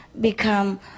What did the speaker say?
become